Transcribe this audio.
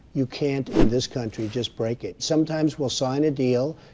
you can't, in this country, just break it. sometimes we'll sign a deal,